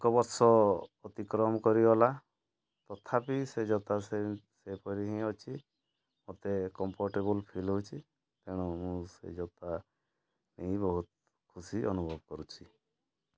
ଏକ ବର୍ଷ ଅତିକ୍ରମ କରିଗଲା ତଥାପି ସେ ଜୋତା ସେ ସେପରି ହିଁ ଅଛି ମୋତେ କମ୍ଫୋର୍ଟେବୁଲ୍ ଫିଲ୍ ହେଉଛି ତେଣୁ ମୁଁ ସେ ଜୋତା ପିନ୍ଧି ବହୁତ ଖୁସି ଅନୁଭବ କରୁଛି